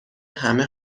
همه